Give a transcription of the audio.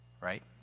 right